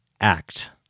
act